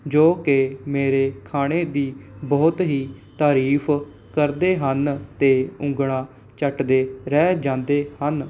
ਜੋ ਕਿ ਮੇਰੇ ਖਾਣੇ ਦੀ ਬਹੁਤ ਹੀ ਤਾਰੀਫ ਕਰਦੇ ਹਨ ਅਤੇ ਉਂਗਲ਼ਾਂ ਚੱਟਦੇ ਰਹਿ ਜਾਂਦੇ ਹਨ